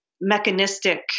mechanistic